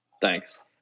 thanks